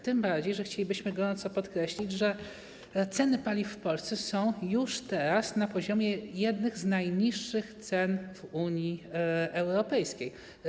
Tym bardziej że chcielibyśmy gorąco podkreślić, że ceny paliwa w Polsce już teraz są na poziomie jednych z najniższych cen w Unii Europejskiej.